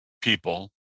people